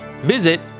Visit